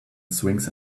swings